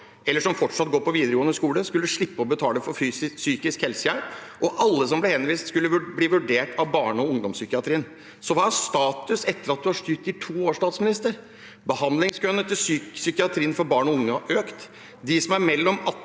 eller fortsatt går på videregående skole, skulle slippe å betale for psykisk helsehjelp, og at alle som ble henvist, skulle bli vurdert i barne- og ungdomspsykiatrien. Hva er status etter at statsministeren har styrt i to år? Behandlingskøene til psykiatrien for barn og unge har økt, og de som er mellom 18 og